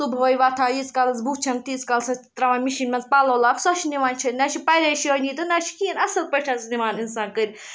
صُبحٲے وۄتھان ییٖتِس کالَس بُتھ چھَل تیٖتِس کالَس حظ ترٛاوان مِشیٖن منٛز پَلو لاکھ سۄ چھِ نِوان چھٔلِتھ نہ چھِ پریشٲنی تہٕ نہ چھِ کِہیٖنۍ اَصٕل پٲٹھۍ حظ نِوان اِنسان کٔر